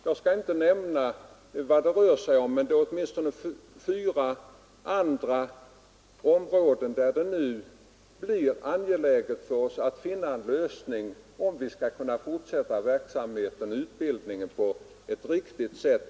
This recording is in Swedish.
Jag skall inte ta upp sakfrågan nu men det gäller åtminstone fyra olika förband där det nu blir angeläget för oss att finna en lösning av markfrågan om vi skall kunna fortsätta verksamheten och utbildningen på ett riktigt sätt.